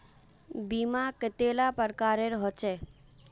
बीमा कतेला प्रकारेर होचे?